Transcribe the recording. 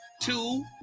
two